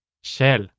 SHELL